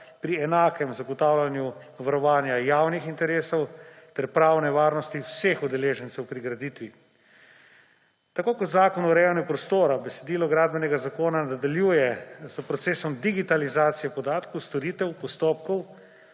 pri enakem zagotavljanju varovanja javnih interesov ter pravne varnosti vseh udeležencev pri graditvi. Tako kot zakon o urejanju prostora besedilo gradbenega zakona nadaljuje s procesom digitalizacije podatkov, storitev, postopkov.